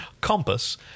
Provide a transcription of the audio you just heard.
compass